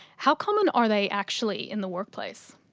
how common are they actually in the workplace?